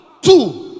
Two